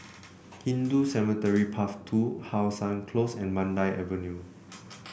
Hindu Cemetery Path Two How Sun Close and Mandai Avenue